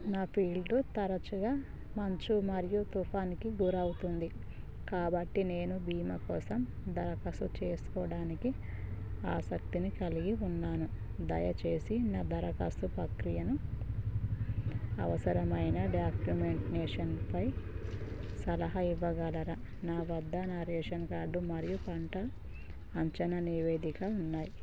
నా ఫీల్డు తరచుగా మంచు మరియు తుఫానికి గురి అవుతుంది కాబట్టి నేను బీమా కోసం దరఖాస్తు చేసుకోవడానికి ఆసక్తిని కలిగి ఉన్నాను దయచేసి నా దరఖాస్తు ప్రక్రియను అవసరమైన డాక్యుమెంట్నేషన్ పై సలహా ఇవ్వగలరా నా వద్ద నా రేషన్ కార్డు మరియు పంట అంచనా నివేదిక ఉన్నాయ్